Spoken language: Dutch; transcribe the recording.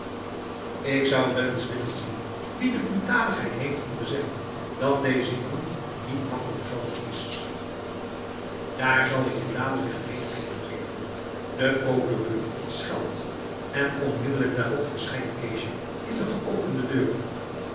ik zou wel eens willen zien wie de brutaligheid heeft om te zeggen dat deze jongen niet makko's zoon is daar zal ik je dadelijk gelegenheid toe geven de procureur schelt en onmiddellijk daarop verschijnt keesje in de geopende deur